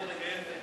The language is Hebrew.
סעיפים 1 3 נתקבלו.